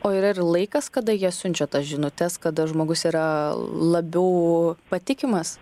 o ir laikas kada jie siunčia tas žinutes kada žmogus yra labiau patikimas